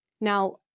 Now